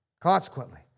Consequently